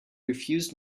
refused